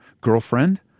girlfriend